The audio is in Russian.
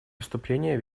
выступление